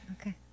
Okay